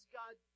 god